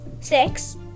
Six